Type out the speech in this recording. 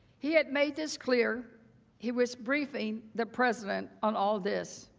he had made this clear he was briefing the president on all of this.